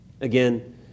Again